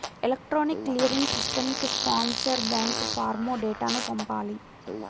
electronic clearing సిస్టమ్కి sponsor bank ఫారమ్లో డేటాను పంపాలి